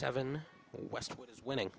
seven west winning